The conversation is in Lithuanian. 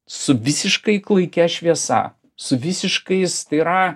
su visiškai klaikia šviesa su visiškais tai yra